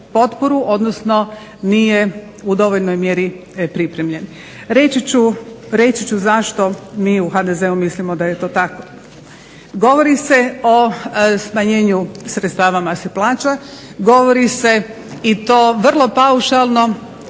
odnosno nije u dovoljnoj mjeri pripremljen. Reći ću zašto mi u HDZ-u mislimo da je to tako. Govori se o smanjenju sredstava mase plaća, govori se i to vrlo paušalno